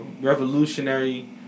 revolutionary